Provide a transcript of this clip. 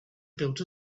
built